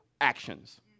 actions